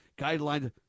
guidelines